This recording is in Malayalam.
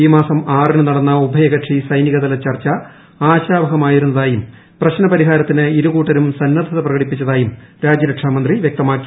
ഈ മാസം ആറിന് നടന്ന ഉഭയകക്ഷി സൈനിക തല ചർച്ച ആശാവഹമായിരുന്നതായും പ്രശ്നപരിഹാരത്തിന് ഇരുകൂട്ടരും സന്നദ്ധത പ്രകടിപ്പിച്ചതായും രാജ്യരക്ഷാമന്ത്രി വൃക്തമാക്കി